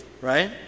right